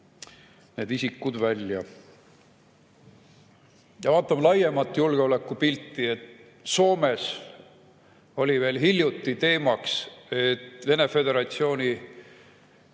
need isikud välja. Vaatame ka laiemat julgeolekupilti. Soomes oli veel hiljuti teema, et Venemaa Föderatsiooni